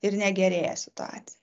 ir negerėja situacija